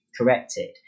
corrected